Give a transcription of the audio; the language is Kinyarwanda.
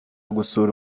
gusura